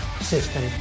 system